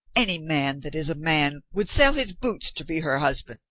any man that is a man would sell his boots to be her husband.